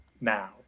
now